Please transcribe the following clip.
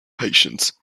patients